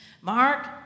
Mark